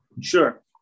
Sure